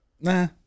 Nah